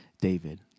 David